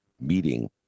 meeting